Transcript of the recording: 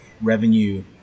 revenue